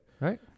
Right